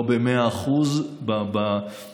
לא במאה אחוז בתוצר,